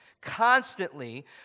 constantly